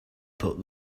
put